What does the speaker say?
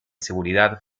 seguridad